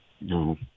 No